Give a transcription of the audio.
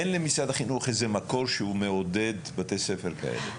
אין למשרד החינוך איזה מקור שהוא מעודד בתי ספר כאלו.